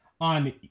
on